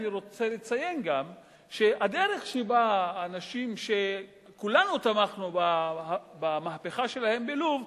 אני רוצה לציין גם שהדרך שבה האנשים שכולנו תמכנו במהפכה שלהם בלוב,